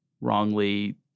wrongly